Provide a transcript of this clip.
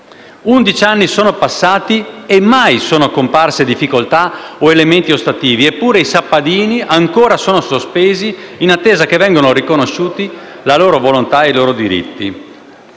Undici anni sono passati e mai sono comparse difficoltà o elementi ostativi, eppure i sappadini ancora sono sospesi in attesa che vengano riconosciuti la loro volontà e i loro diritti.